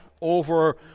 over